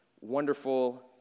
wonderful